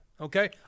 Okay